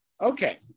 Okay